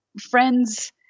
friends